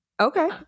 Okay